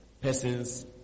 persons